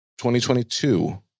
2022